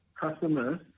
customers